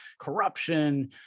corruption